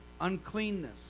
uncleanness